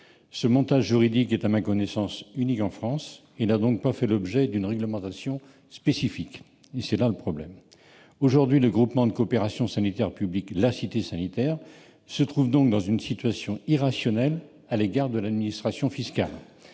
Ce montage juridique est, à ma connaissance, unique en France et n'a donc pas fait l'objet d'une réglementation spécifique. Aujourd'hui, le groupement de coopération sanitaire public de la Cité sanitaire se trouve dans une situation irrationnelle à l'égard de l'administration fiscale.